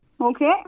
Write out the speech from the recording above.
Okay